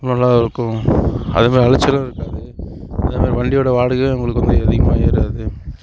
நல்லா இருக்கும் அதே மாதிரி அலைச்சலும் இருக்காது அதே மாதிரி வண்டியோட வாடகையும் உங்களுக்கு வந்து அதிகமாக ஏறாது